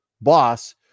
boss